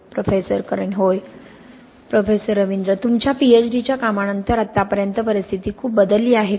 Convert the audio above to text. professor Karen होय professor Ravindra तुमच्या पीएचडीच्या कामानंतर आत्तापर्यंत परिस्थिती खूप बदलली आहे का